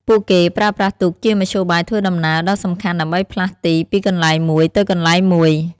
ពួកគេប្រើប្រាស់ទូកជាមធ្យោបាយធ្វើដំណើរដ៏សំខាន់ដើម្បីផ្លាស់ទីពីកន្លែងមួយទៅកន្លែងមួយ។